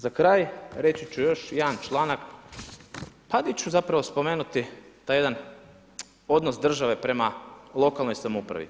Za kraj reći ću još jedan članak, pa di ću zapravo spomenuti taj jedan odnos države prema lokalnoj samoupravi.